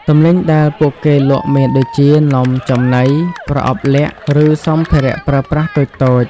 ទំនិញដែលពួកគេលក់មានដូចជា នំចំណី ប្រអប់លាក់ ឬសម្ភារៈប្រើប្រាស់តូចៗ។